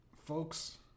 Folks